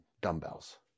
dumbbells